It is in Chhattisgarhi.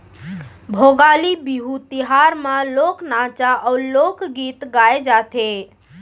भोगाली बिहू तिहार म लोक नाचा अउ लोकगीत गाए जाथे